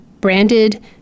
branded